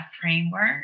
framework